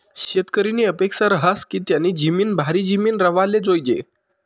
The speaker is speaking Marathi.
शेतकरीनी अपेक्सा रहास की त्यानी जिमीन भारी जिमीन राव्हाले जोयजे